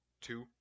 two